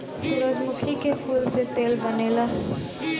सूरजमुखी के फूल से तेल बनेला